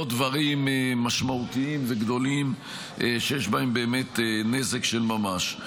לא דברים משמעותיים וגדולים שיש בהם באמת נזק של ממש.